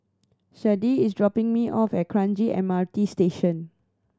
Sharde is dropping me off at Kranji M R T Station